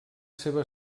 seva